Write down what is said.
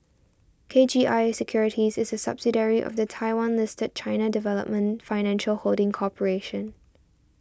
K G I Securities is a subsidiary of the Taiwan listed China Development Financial Holding Corporation